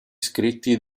scritti